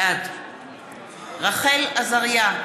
בעד רחל עזריה,